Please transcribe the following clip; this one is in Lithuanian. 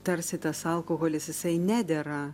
tarsi tas alkoholis jisai nedera